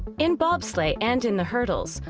in bobsleigh and in the hurdles,